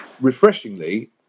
refreshingly